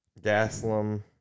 Gaslam